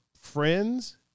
friends